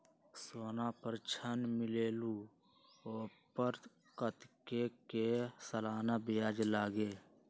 सोना पर ऋण मिलेलु ओपर कतेक के सालाना ब्याज लगे?